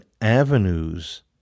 avenues